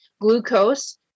glucose